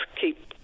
keep